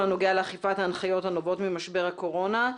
הנוגע לאכיפת ההנחיות הנובעות ממשבר הקורונה,